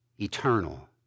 eternal